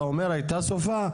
אתה אומר הייתה סופה.